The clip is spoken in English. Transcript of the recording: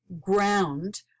ground